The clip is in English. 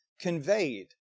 conveyed